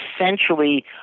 essentially